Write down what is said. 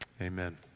Amen